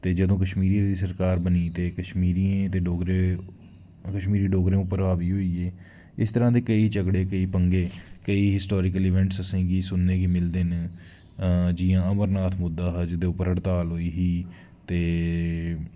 ते जदूं कश्मीरियें दी सरकार बनी ते कश्मीरियें ते डोगरें कश्मीरी डोगरें उप्पर हावी होई गे इस तरह् दे केईं झगड़े केईं पंगे केईं हिस्टोरिकल इवैंट्स असेंगी सुनने गी मिलदे न जियां अमरनाथ मुद्दा हा जेह्दे पर हड़ताल होई ही ते